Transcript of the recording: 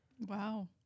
Wow